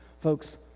Folks